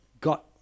got